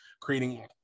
creating